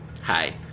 Hi